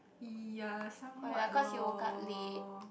ya somewhat lor